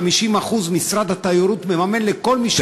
50% משרד התיירות מממן לכל מי שבא ללילה.